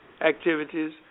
activities